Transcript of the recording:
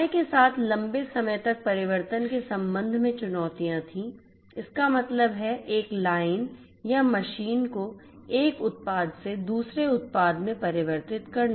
समय के साथ लंबे समय तक परिवर्तन के संबंध में चुनौतियां थीं इसका मतलब है एक लाइन या मशीन को एक उत्पाद से दूसरे उत्पाद में परिवर्तित करना